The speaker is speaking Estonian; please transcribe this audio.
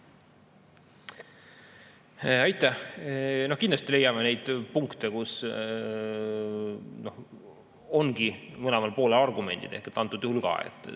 Aitäh! Kindlasti me leiame neid punkte, kus ongi mõlemal poolel argumendid. Antud juhul